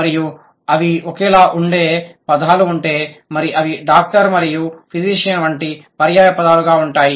మరియు అవి ఒకేలా ఉండే పదాలు ఉంటే మరి అవి డాక్టర్ మరియు ఫిజిషియన్ వంటి పర్యాయపదాలుగా ఉంటాయి